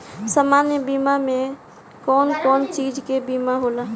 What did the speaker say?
सामान्य बीमा में कवन कवन चीज के बीमा होला?